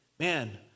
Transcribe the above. Man